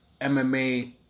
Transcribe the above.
MMA